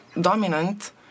dominant